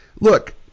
look